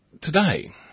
today